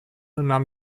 nahm